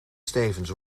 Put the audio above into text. stevens